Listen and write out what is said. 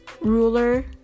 ruler